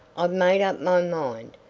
i've made up my mind,